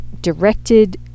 directed